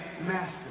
master